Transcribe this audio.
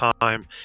time